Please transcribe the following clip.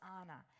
anna